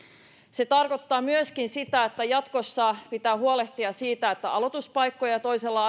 se tarkoittaa myöskin sitä että jatkossa pitää huolehtia siitä että aloituspaikkoja toisella